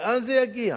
לאן זה יגיע?